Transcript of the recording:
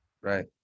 right